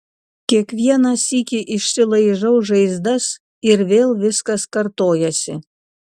kiekvieną sykį išsilaižau žaizdas ir vėl viskas kartojasi